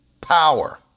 power